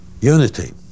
unity